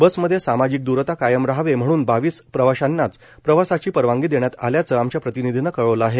बसमध्ये सामाजिक दूरता कायम राहावे म्हणून बावीस प्रवाशांनाच प्रवासाची परवानगी देण्यात आल्याचं आमच्या प्रतिनिधीनं कळवलं आहे